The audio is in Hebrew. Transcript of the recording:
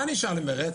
מה נשאר למרצ?